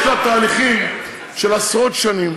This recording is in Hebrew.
יש בה תהליכים של עשרות שנים,